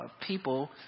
people